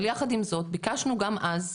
אבל יחד עם זאת, ביקשנו גם אז,